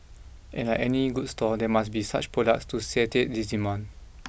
and like any good store there must be such products to satiate this demand